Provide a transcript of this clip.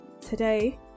today